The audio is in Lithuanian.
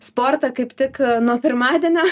sportą kaip tik nuo pirmadienio